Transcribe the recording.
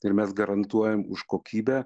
ir mes garantuojam už kokybę